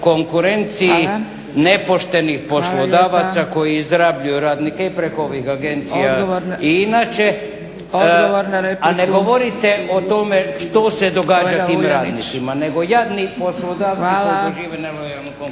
Hvala./ … nepoštenih poslodavaca koji izrabljuju radnike i preko ovih agencija i inače, a ne govorite o tome što se događa radnicima, nego jadni poslodavac … /Govornici